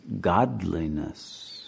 godliness